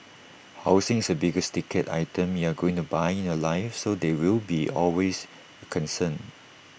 housing is the biggest ticket item you're going to buy in your life so there will always be A concern